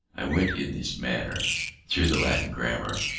i went in this manner through the latin grammar,